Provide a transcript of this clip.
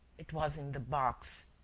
it was in the box.